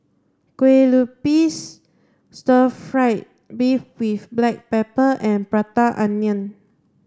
Kue Lupis stir fried beef with black pepper and prata onion